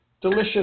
Delicious